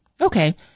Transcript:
Okay